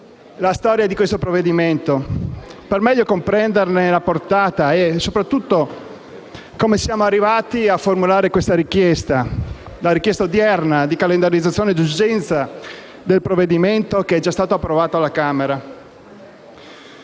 la storia di questo provvedimento per meglio comprenderne la portata e soprattutto per capire come siamo arrivati a formulare la richiesta odierna di calendarizzazione d'urgenza del provvedimento che è già stato approvato alla Camera.